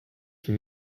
from